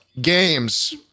games